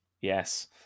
Yes